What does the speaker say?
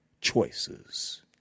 choices